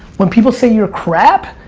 when people say you're crap,